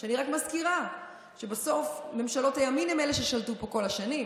אני רק מזכירה שבסוף ממשלות הימין הן אלה ששלטו פה בכל השנים,